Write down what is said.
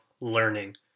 learning